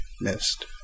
missed